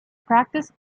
practiced